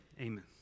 Amen